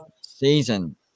season